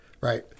right